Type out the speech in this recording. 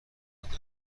دارین